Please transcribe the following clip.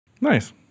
Nice